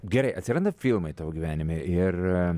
gerai atsiranda filmai tavo gyvenime ir